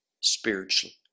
spiritually